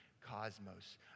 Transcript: cosmos